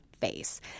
face